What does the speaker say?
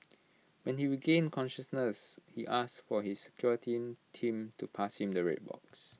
when he regained consciousness he asked for his security team to pass him the red box